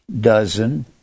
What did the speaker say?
dozen